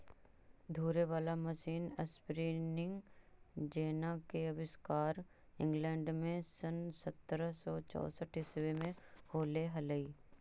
घूरे वाला machine spinning jenny के आविष्कार इंग्लैंड में सन् सत्रह सौ चौसठ ईसवी में होले हलई